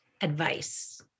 advice